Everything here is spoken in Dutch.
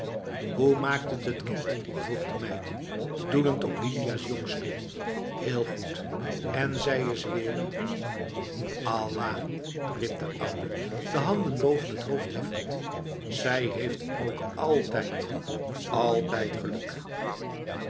hoe maakt het t kind vroeg de meid doelend op lidia's jongske heel goed en zij is weerh allah riep de oude de handen boven het hoofd heffend zij heeft ook altijd altijd geluk